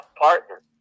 partner